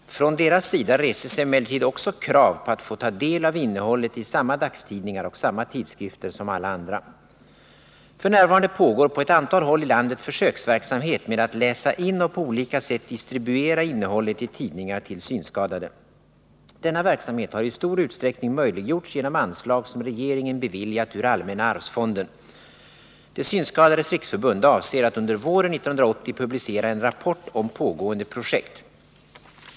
Från de synskadades sida reses emellertid också krav på att få ta del av innehållet i samma dagstidningar och samma tidskrifter som alla andra. F. n. pågår på ett antal håll i landet försöksverksamhet med att läsa in och på olika sätt distribuera innehållet i tidningar till synskadade. Denna verksamhet har i stor utsträckning möjliggjorts genom anslag som regeringen beviljat ur allmänna arvsfonden. De synskadades riksförbund avser att under våren 1980 publicera en rapport om pågående projekt.